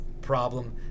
problem